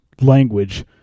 language